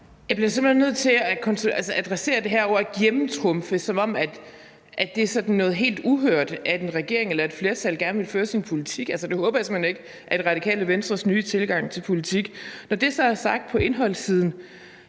simpelt hen nødt til at adressere det her ord gennemtrumfe; som om det er sådan noget helt uhørt, at en regering eller et flertal gerne vil føre sin politik. Det håber jeg simpelt hen ikke er Radikale Venstres nye tilgang til politik. Når det så er sagt, vil jeg sige,